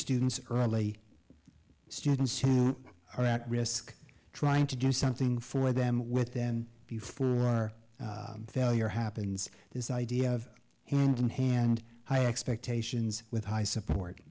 students early students who are at risk trying to do something for them with then before our failure happens this idea of hand in hand high expectations with high support